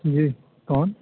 جی کون